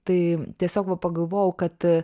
tai tiesiog va pagalvojau kad